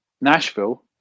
nashville